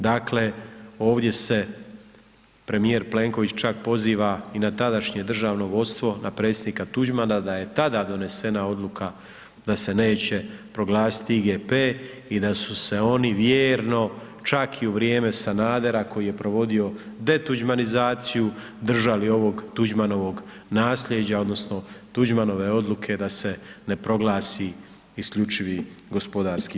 Dakle, ovdje se premijer Plenković čak poziva i na tadašnje državno vodstvo, na predsjednika Tuđmana, da je tada donesena odluka da se neće proglasiti IGP i da su se oni vjerno, čak i u vrijeme Sanadera koji je provodio detuđmanizaciju, držali ovog Tuđmanovog nasljeđa odnosno Tuđmanove odluke da se ne proglasi IGP.